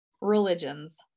religions